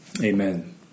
Amen